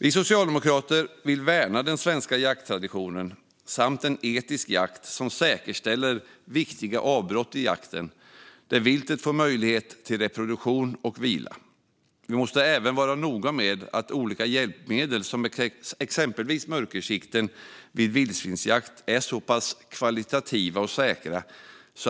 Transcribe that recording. Vi socialdemokrater vill värna den svenska jakttraditionen samt en etisk jakt som säkerställer viktiga avbrott i jakten där viltet får möjlighet till reproduktion och vila. Vi måste även vara noga med att olika hjälpmedel, exempelvis mörkersikten vid vildsvinsjakt, är så pass säkra och av så hög kvalitet